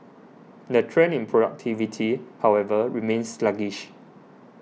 the trend in productivity however remains sluggish